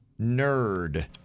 nerd